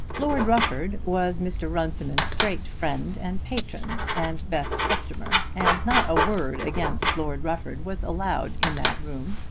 lord rufford was mr. runciman's great friend and patron and best customer, and not a word against lord rufford was allowed in that room,